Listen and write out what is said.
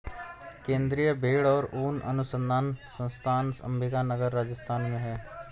केन्द्रीय भेंड़ और ऊन अनुसंधान संस्थान अम्बिका नगर, राजस्थान में है